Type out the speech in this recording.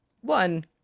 one